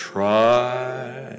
Try